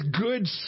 good